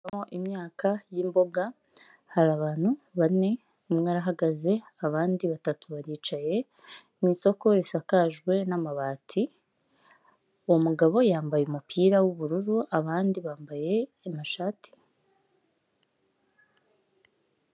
Imyaka y'imboga hari abantu bane umwe arahagaze abandi batatu baricaye, mu isoko risakajwe n'amabati umugabo yambaye umupira w'ubururu abandi bambaye amashati.